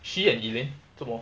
she and elaine 这么